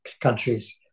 countries